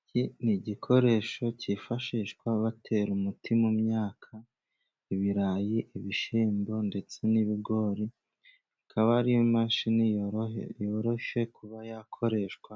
Iki ni igikoresho cyifashishwa batera umuti mu myaka, ibirayi, ibishyimbo, ndetse n'ibigori, ikaba ari imashini yoroshye kuba yakoreshwa,